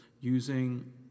using